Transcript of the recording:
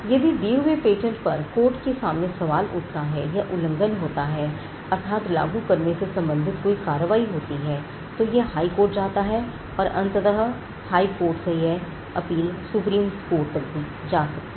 यदि दिए हुए पेटेंट पर कोर्ट के सामने सवाल उठता है या उल्लंघन होता है अर्थात इसे लागू करने से संबंधित कोई कार्रवाई होती है तो यह हाईकोर्ट जाता है और अंततः हाई कोर्ट से यह अपील सुप्रीम कोर्ट तक भी जा सकती है